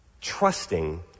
Trusting